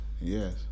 Yes